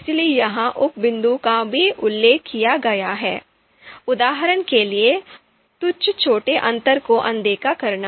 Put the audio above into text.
इसलिए यहां उप बिंदुओं का भी उल्लेख किया गया है उदाहरण के लिए तुच्छ छोटे अंतर को अनदेखा करना